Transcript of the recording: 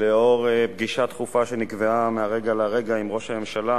לאור פגישה דחופה שנקבעה מהרגע להרגע עם ראש הממשלה